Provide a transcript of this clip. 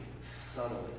subtly